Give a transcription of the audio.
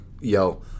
yo